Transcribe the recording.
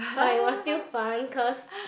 but it was still fun because